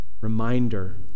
reminder